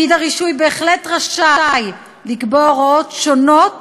פקיד הרישוי בהחלט רשאי לקבוע הוראות שונות